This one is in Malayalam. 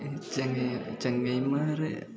ചെങ്ങയ് ചങ്ങാതിമാർ